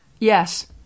Yes